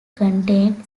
contained